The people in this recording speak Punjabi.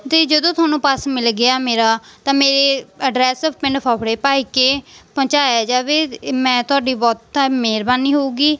ਅਤੇ ਜਦੋਂ ਤੁਹਾਨੂੰ ਪਰਸ ਮਿਲ ਗਿਆ ਮੇਰਾ ਤਾਂ ਮੇਰੇ ਅਡਰੈਸ ਪਿੰਡ ਫਫੜੇ ਭਾਈ ਕੇ ਪਹੁੰਚਾਇਆ ਜਾਵੇ ਏ ਮੈਂ ਤੁਹਾਡੀ ਬਹੁਤ ਮਿਹਰਬਾਨੀ ਹੋਵੇਗੀ